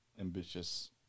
ambitious